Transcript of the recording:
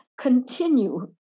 continue